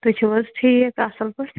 تُہۍ چھِو حظ ٹھیٖک اصل پٲٹھۍ